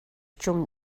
чем